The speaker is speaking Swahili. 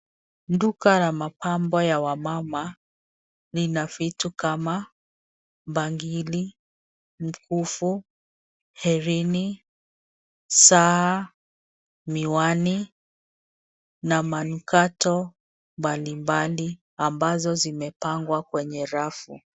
Duka la mapambo ya wamama lina vitu kama bangili, mkufu, herini, saa, miwani na manukato mbalimbali ambazo zimepangwa kwenye rafu.